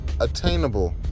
attainable